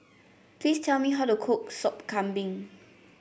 please tell me how to cook Sop Kambing